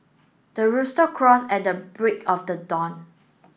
the rooster crows at the break of the dawn